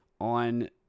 on